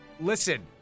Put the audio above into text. Listen